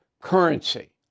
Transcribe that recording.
currency